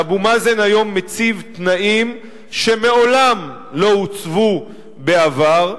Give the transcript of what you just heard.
שאבו מאזן מציב היום תנאים שמעולם לא הוצבו בעבר,